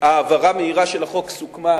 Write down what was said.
שהעברה מהירה של החוק סוכמה